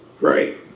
right